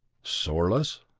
sorlus?